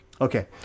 Okay